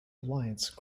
alliance